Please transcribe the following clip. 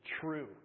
true